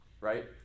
right